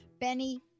Benny